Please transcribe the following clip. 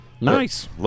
Nice